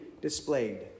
displayed